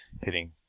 hitting